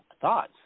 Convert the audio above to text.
thoughts